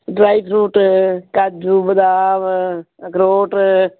dry fruit ਕਾਜੂ ਬਦਾਮ ਅਖਰੋਟ